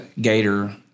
Gator